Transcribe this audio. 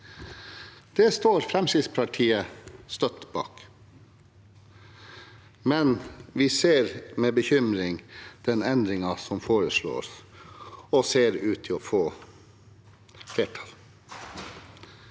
Det står Fremskrittspartiet støtt bak, men vi ser med bekymring på den endringen som foreslås, og som ser ut til å få flertall.